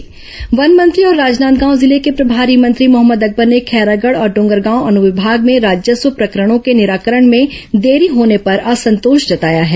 one मंत्री समीक्षा वन मंत्री और राजनांदगांव जिले के प्रभारी मंत्री मोहम्मद अकबर ने खैरागढ़ और डोंगरगांव अनुविभाग में राजस्व प्रकरणों के निराकरण में देरी होने पर असंतोष जताया है